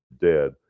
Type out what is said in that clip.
dead